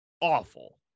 awful